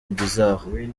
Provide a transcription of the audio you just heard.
bizarre